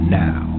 now